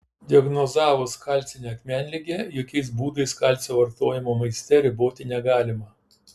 diagnozavus kalcinę akmenligę jokiais būdais kalcio vartojimo maiste riboti negalima